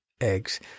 eggs